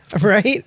Right